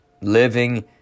Living